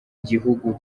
gihugu